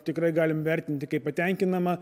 tikrai galim vertinti kaip patenkinamą